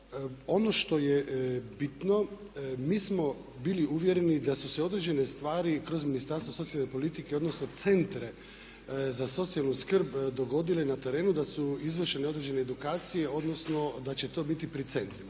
Ono što je bitno, mi smo bili uvjereni da su se određene stvari kroz Ministarstvo socijalne politike odnosno centra za socijalnu skrb dogodile na terenu, da su izvršene određene edukacije odnosno da će to biti pri centrima.